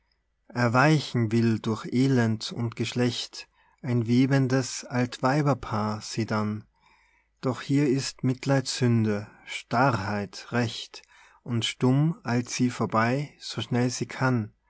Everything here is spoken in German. erweichen will durch elend und geschlecht ein webendes altweiberpaar sie dann doch hier ist mitleid sünde starrheit recht und stumm eilt sie vorbei so schnell sie kann